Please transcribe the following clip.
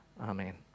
Amen